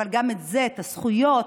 אבל גם את זה, את הזכויות